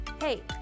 Hey